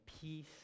peace